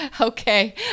Okay